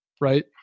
right